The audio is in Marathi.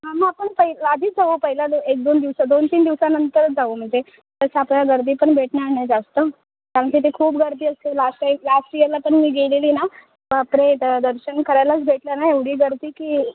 हां मग आपण पइ आधीच जाऊ पहिल्या दो एकदोन दिवसात दोनतीन दिवसानंतरच जाऊ म्हणजे ते तसं आपल्याला गर्दी पण भेटणार नाही जास्त कारण तिथे खूप गर्दी असते लास्ट टाईम लास्ट इअरला तर मी गेलेली ना बापरे तेव्हा दर्शन करायलाच देत नाही ना एवढी गर्दी की